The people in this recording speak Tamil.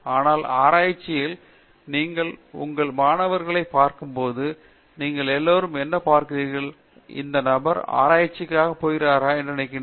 ஆனால் ஆராய்ச்சியில் நீங்கள் உங்கள் மாணவர்களைப் பார்க்கும்போது நீங்கள் எல்லோரும் என்ன பார்க்கிறீர்கள் இந்த நபர் ஒரு ஆராய்ச்சியாளராகப் போகிறாரென்று நினைக்கிறீர்களா